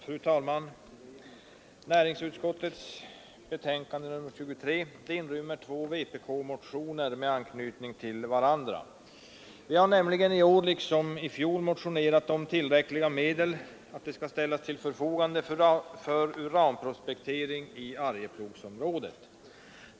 Fru talman! Näringsutskottets betänkande nr 23 inrymmer två vpk-motioner med anknytning till varandra. Vi har nämligen i år liksom i fjol motionerat om att tillräckliga medel skall ställas till förfogande för uranprospektering i Arjeplogsområdet.